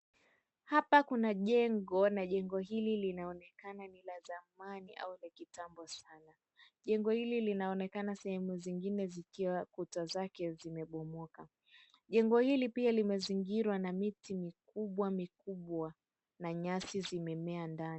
Hapa kuna jengo na jengo hili linaonekana ni la zamani au la kitambo sana. Jengo hili linaonekana sehemu zingine zikiwa kuta zake zimebomoka. Jengo hili pia limezingirwa na miti mikubwa mikubwa na nyasi zimemea ndani.